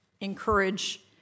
encourage